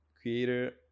creator